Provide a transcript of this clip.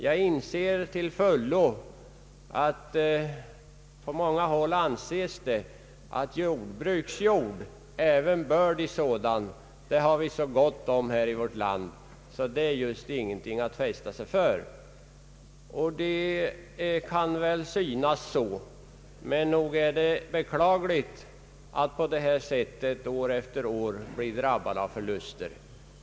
På många håll anses det att vi i vårt land har så gott om jordbruksjord, även bördig sådan, att det just inte är så mycket att fästa sig vid om den till viss del går förlorad. Det kan synas så, men nog är det beklagligt att vissa jordbrukare på detta sätt år efter år skall behöva drabbas av förluster.